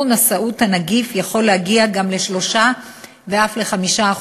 נשאות הנגיף יכול להגיע גם ל-3% ואף ל-5%,